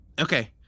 Okay